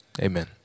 amen